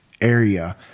area